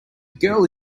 girl